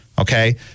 okay